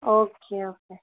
okay okay